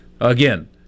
again